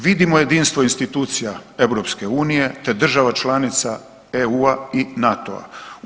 Vidimo jedinstvo institucija EU te država članica EU-a i NATO-a.